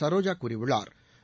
சரோஜா கூறியுள்ளாா்